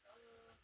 so